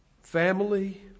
family